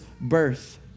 birth